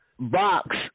box